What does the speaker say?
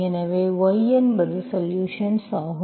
எனவே y என்பது solutions ஆகும்